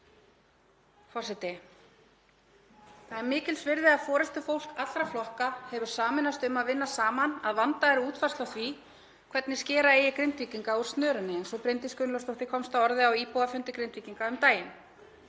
Það er mikils virði að forystufólk allra flokka hefur sameinast um að vinna saman að vandaðri útfærslu á því hvernig skera eigi Grindvíkinga úr snörunni, eins og Bryndís Gunnlaugsdóttur komst að orði á íbúafundi Grindvíkinga um daginn.